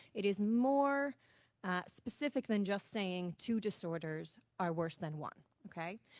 it is more specific than just saying two disorders are worse than one. okay?